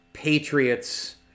Patriots